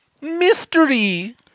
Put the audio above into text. Mystery